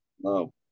no